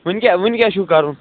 وٕنۍ کیٛاہ وٕنۍ کیٛاہ چھُو کَرُن